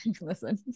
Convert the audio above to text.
listen